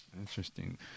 Interesting